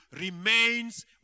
remains